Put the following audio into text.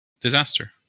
Disaster